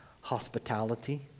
hospitality